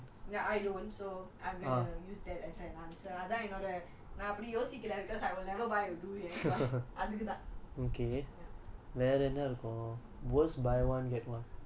ah ya ya okay makes sense ya I don't so I'm gonna use that as an answer அதுதான் என்னோட நான் அப்டி யோசிக்கல:athuthan ennoda naan apdi yosikala because I'll never buy durain but அதுக்குதான்:athukuthaan